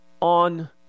on